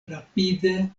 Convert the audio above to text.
rapide